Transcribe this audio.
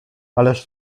ależ